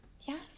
yes